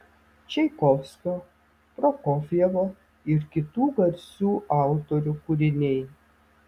čaikovskio prokofjevo ir kitų garsių autorių kūriniai